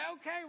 okay